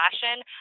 fashion